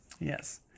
Yes